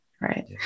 Right